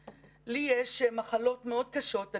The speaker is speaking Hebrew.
החל"ת.